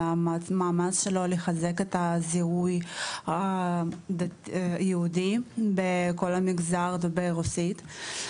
המאמץ שלו לחזק את הזיהוי היהודי בכל המגזר דובר הרוסית.